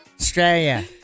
Australia